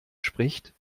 spricht